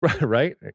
Right